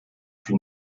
plus